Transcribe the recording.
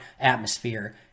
atmosphere